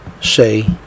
say